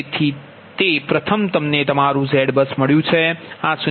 તેથી તે પ્રથમ તમને તમારું ZBUS મળ્યું છે આ 0